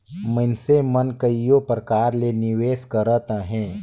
मइनसे मन कइयो परकार ले निवेस करत अहें